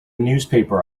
newspaper